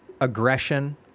aggression